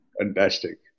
Fantastic